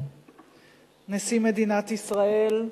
נשיא מדינת ישראל,